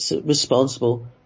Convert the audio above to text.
responsible